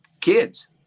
kids